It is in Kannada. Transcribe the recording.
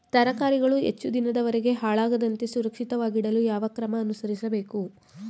ತರಕಾರಿಗಳು ಹೆಚ್ಚು ದಿನದವರೆಗೆ ಹಾಳಾಗದಂತೆ ಸುರಕ್ಷಿತವಾಗಿಡಲು ಯಾವ ಕ್ರಮ ಅನುಸರಿಸಬೇಕು?